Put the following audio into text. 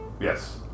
Yes